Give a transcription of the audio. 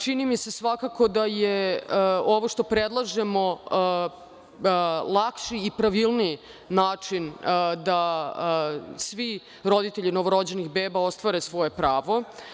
Čini mi se da je ovo što predlažemo lakši i pravilniji način da svi roditelji novorođenih beba ostvare svoje pravo.